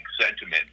sentiment